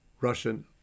Russian